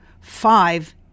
five